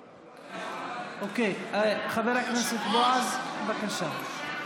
אוקיי, חבר הכנסת בועז, בבקשה.